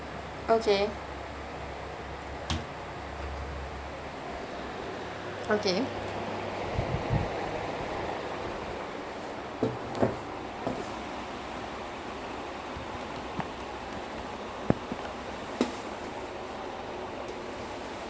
rice mutton gravy then all kinds of poriyals K all kinds of poriyals then அது வந்து:athu vanthu and then when they give you rice right it's not like ஒரு:oru serving of rice okay over the course ஒவ்வொரு:ovvoru course meal you get a new bowl of rice